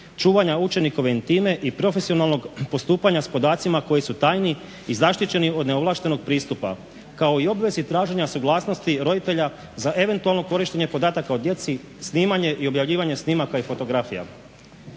čuvanja učenikove intime i profesionalnog postupanja s podacima koji su tajni i zaštićeni od neovlaštenog pristupa kao i obvezi traženja suglasnosti roditelja za eventualno korištenje podataka o djeci, snimanje i objavljivanje snimaka i fotografija.